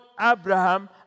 Abraham